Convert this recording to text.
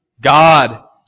God